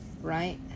right